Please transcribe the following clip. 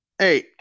Hey